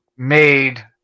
Made